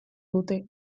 dute